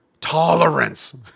Tolerance